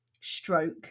stroke